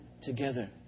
together